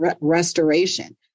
restoration